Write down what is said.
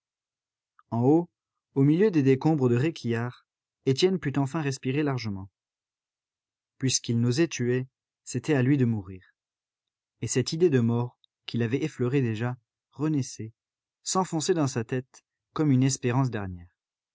en haut au milieu des décombres de réquillart étienne put enfin respirer largement puisqu'il n'osait tuer c'était à lui de mourir et cette idée de mort qui l'avait effleuré déjà renaissait s'enfonçait dans sa tête comme une espérance dernière